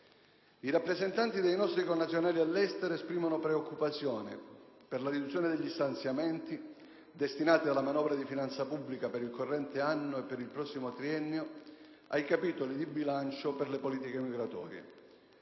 I rappresentanti dei nostri connazionali all'estero esprimono preoccupazione per la riduzione degli stanziamenti destinati dalla manovra di finanza pubblica per il corrente anno e per il prossimo triennio ai capitoli di bilancio per le politiche migratorie.